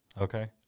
okay